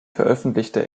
veröffentlichte